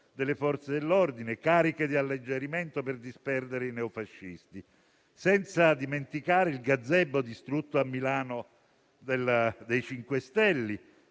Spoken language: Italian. delle Forze dell'ordine, con cariche di alleggerimento per disperdere i neofascisti. Senza dimenticare il *gazebo* distrutto a Milano del MoVimento